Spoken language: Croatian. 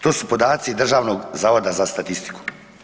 To su podaci Državnog zavoda za statistiku.